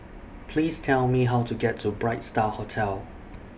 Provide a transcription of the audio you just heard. Please Tell Me How to get to Bright STAR Hotel